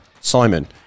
Simon